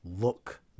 look